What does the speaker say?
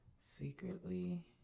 secretly